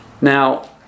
Now